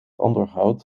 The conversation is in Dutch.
onderhoud